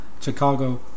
Chicago